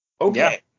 Okay